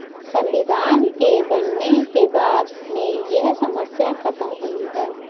संविधान के बनने के बाद में यह समस्या खत्म हुई है